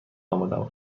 آمدم